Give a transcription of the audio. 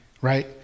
right